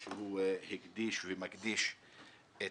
שהוא הקדיש ומקדיש את